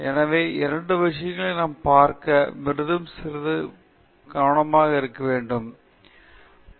எனவே இந்த இரண்டு விஷயங்களை நாம் பார்க்க மற்றும் சிறிது இன்னும் முன்னிலைப்படுத்த வேண்டும் என்று